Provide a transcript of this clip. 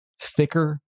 thicker